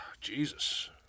Jesus